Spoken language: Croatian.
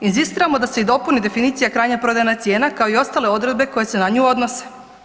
Inzistiramo da se i dopuni definicija krajnje prodajna cijena kao i ostale odredbe koje se na nju odnose.